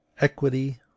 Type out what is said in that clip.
equity